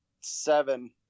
seven